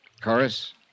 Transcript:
Chorus